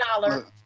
dollar